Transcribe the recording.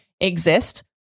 exist